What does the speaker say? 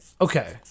Okay